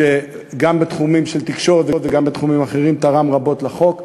שגם בתחומים של תקשורת וגם בתחומים אחרים תרם רבות לחוק.